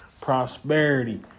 prosperity